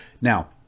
Now